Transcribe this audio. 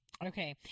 Okay